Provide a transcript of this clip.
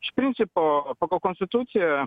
iš principo pagal konstituciją